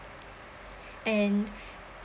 and